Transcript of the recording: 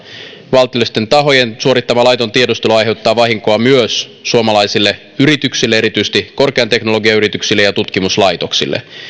valtiollisten tahojen suorittama laiton tiedustelu aiheuttaa vahinkoa myös suomalaisille yrityksille erityisesti korkean teknologian yrityksille ja tutkimuslaitoksille